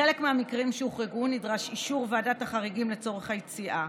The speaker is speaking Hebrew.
בחלק מהמקרים שהוחרגו נדרש אישור ועדת החריגים לצורך היציאה.